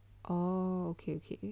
orh ok ok